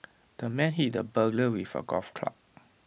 the man hit the burglar with A golf club